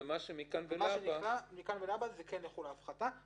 ומה שמכאן ולהבא --- מכאן להבא כן תחול ההפחתה.